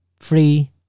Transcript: free